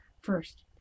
First